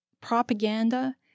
propaganda